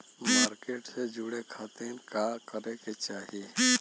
Market से जुड़े खाती का करे के चाही?